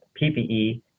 PPE